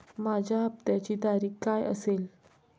माझ्या हप्त्याची तारीख काय असेल?